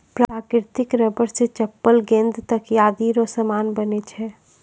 प्राकृतिक रबर से चप्पल गेंद तकयादी रो समान बनै छै